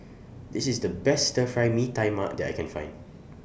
This IS The Best Stir Fry Mee Tai Mak that I Can Find